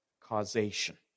causation